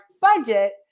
budget